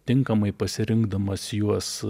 tinkamai pasirinkdamas juos